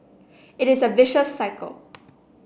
it is a vicious cycle